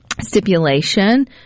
stipulation